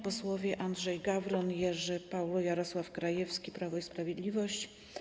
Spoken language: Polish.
Posłowie Andrzej Gawron, Jerzy Paul i Jarosław Krajewski, Prawo i Sprawiedliwość.